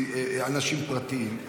אנשים פרטיים,